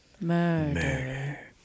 murder